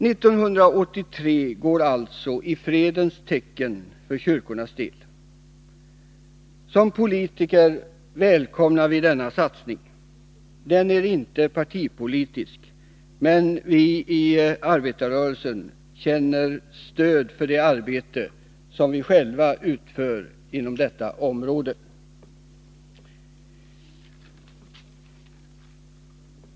1983 går alltså i fredens tecken för kyrkornas del. Som politiker välkomnar vi denna satsning. Den är inte partipolitisk, men i arbetarrörelsen känner vi stöd för det arbete som vi själva utför inom detta område.